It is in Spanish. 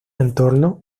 entorno